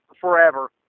forever